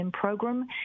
program